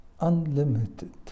unlimited